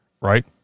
right